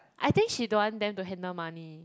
I think she don't want them to handle money